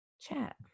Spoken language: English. Chat